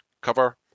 cover